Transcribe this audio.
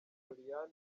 doriane